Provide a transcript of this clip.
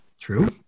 True